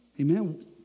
Amen